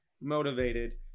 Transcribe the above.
motivated